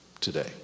today